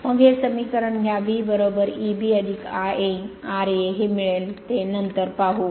मग हे समीकरण घ्या V Eb I a r a हे मिळेल हे नंतर पाहू